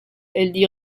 elle